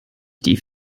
die